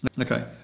Okay